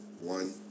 One